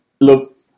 Look